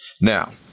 Now